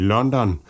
London